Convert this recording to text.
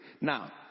Now